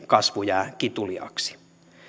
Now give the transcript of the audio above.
kasvu jää kituliaaksi